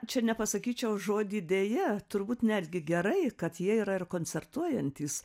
čia nepasakyčiau žodį deja turbūt netgi gerai kad jie yra ir koncertuojantys